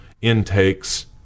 intakes